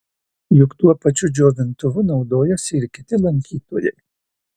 juk tuo pačiu džiovintuvu naudojasi ir kiti lankytojai